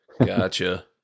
Gotcha